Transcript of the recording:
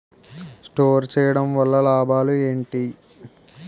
Store చేయడం వల్ల లాభాలు ఏంటి?